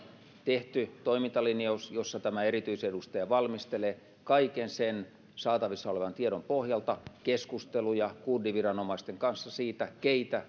tehty toimintalinjaus jossa tämä erityisedustaja valmistelee kaiken saatavissa olevan tiedon pohjalta keskusteluja kurdiviranomaisten kanssa siitä keitä